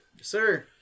Sir